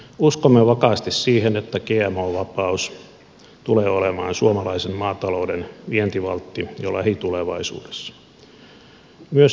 uskomme vakaasti siihen että gmo vapaus tulee olemaan suomalaisen maatalouden vientivaltti jo lähitulevaisuudessa